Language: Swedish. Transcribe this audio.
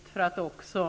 uppbyggnaden i